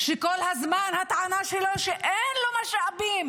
שכל הזמן הטענה שלו היא שאין לו משאבים